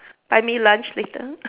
buy me lunch later